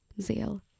Zeal